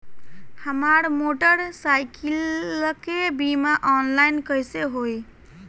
हमार मोटर साईकीलके बीमा ऑनलाइन कैसे होई?